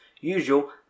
usual